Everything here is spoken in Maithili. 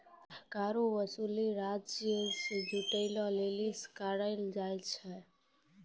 करो के वसूली राजस्व जुटाबै लेली करलो जाय छै